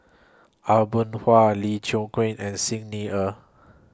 Aw Boon Haw Lee Chiaw Queen and Xi Ni Er